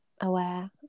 aware